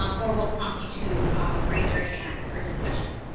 um or we'll prompt you to raise your hand for discussion.